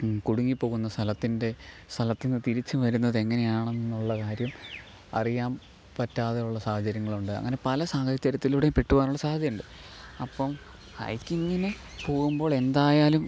കുടുങ്ങി പോകുന്ന സ്ഥലത്തിൻ്റെ സ്ഥലത്തു നിന്നു തിരിച്ച് വരുന്നതെങ്ങനെയാണെന്നുള്ള കാര്യം അറിയാം പറ്റാതെയുള്ള സാഹചര്യങ്ങളുണ്ട് അങ്ങനെ പല സാഹചര്യത്തിലൂടെ പെട്ട് പോകാനുള്ള സാദ്ധ്യതയുണ്ട് അപ്പം ഹൈക്കിംഗിന് പോകുമ്പോളെന്തായാലും